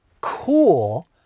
cool